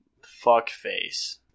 fuckface